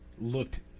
looked